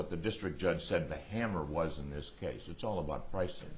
what the district judge said the hammer was in this case it's all about price and